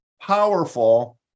powerful